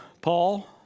Paul